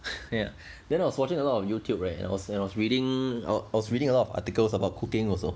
ya then I was watching a lot of Youtube right and I was reading I was reading a lot of articles about cooking also